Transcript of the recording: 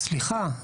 סליחה,